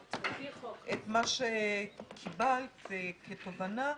התובנה שהיושבת-ראש קיבלה: